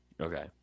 Okay